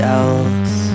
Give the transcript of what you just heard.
else